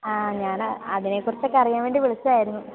ആ ഞാന് അതിനെക്കുറിച്ചൊക്കെ അറിയാൻ വേണ്ടി വിളിച്ചതായിരുന്നു